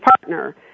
partner